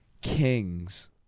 Kings